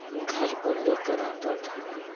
گھر کو لے کر آتا تھا